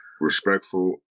respectful